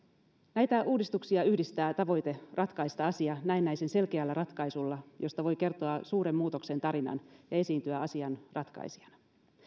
näitä uudistuksia yhdistää tavoite ratkaista asia näennäisen selkeällä ratkaisulla josta voi kertoa suuren muutoksen tarinan ja esiintyä asian ratkaisijana